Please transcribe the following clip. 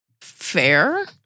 fair